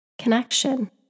Connection